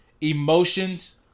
emotions